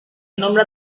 nombre